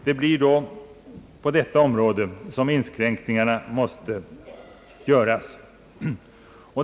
Det blir alltså där som inskränkningarna måste göras.